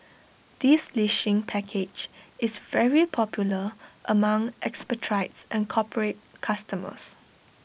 this leasing package is very popular among expatriates and corporate customers